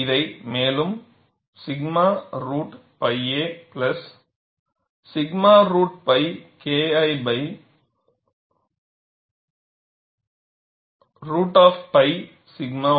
இதை மேலும் 𝛔 root pi a 𝛔 root pi KI root 2 root pi 𝛔 ys